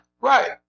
Right